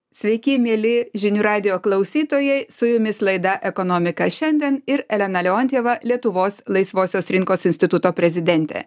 sveiki mieli žinių radijo klausytojai su jumis laida ekonomika šiandien ir elena leontjeva lietuvos laisvosios rinkos instituto prezidentė